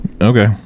Okay